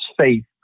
faith